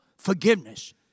forgiveness